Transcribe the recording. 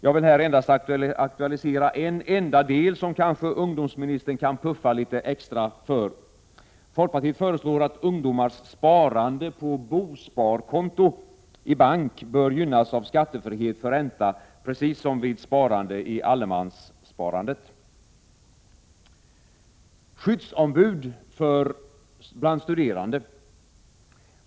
Jag vill här endast aktualisera en enda del, som kanske ungdomsministern kan ”puffa” litet extra för: Folkpartiet föreslår att ungdomars sparande på bosparkonto i bank bör gynnas av skattefrihet från ränta, precis som vid sparande i allemanssparandet.